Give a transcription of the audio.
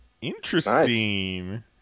Interesting